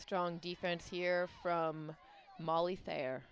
strong defense here from molly fair